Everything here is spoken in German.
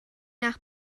nach